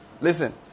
Listen